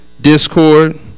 discord